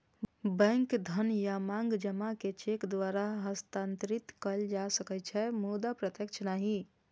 bank धन या मांग जमा कें चेक द्वारा हस्तांतरित कैल जा सकै छै, मुदा प्रत्यक्ष नहि